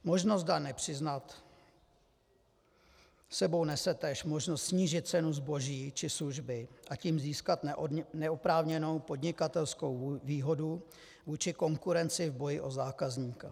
Možnost daň nepřiznat s sebou nese též možnost snížit cenu zboží či služby, a tím získat neoprávněnou podnikatelskou výhodu vůči konkurenci v boji o zákazníka.